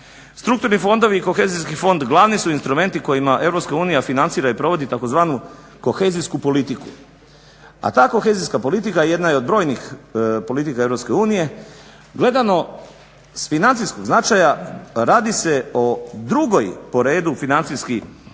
Strukturni fondovi i kohezijski fond glavni su instrumenti kojima Europska unija financira i provodi tzv. kohezijsku politiku, a ta kohezijska politika jedna od brojnih politika Europske unije. Gledano s financijskog značaja radi se o drugoj po redu financijski